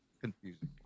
confusing